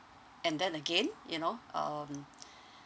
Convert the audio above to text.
and then again you know um